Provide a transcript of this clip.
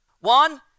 One